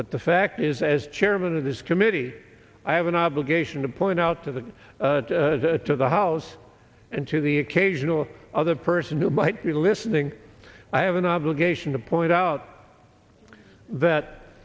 but the fact is as chairman of this committee i have an obligation to point out to the to the house and to the occasional other person who might be listening i have an obligation to point out that